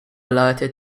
alerted